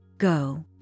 Go